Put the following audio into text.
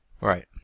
Right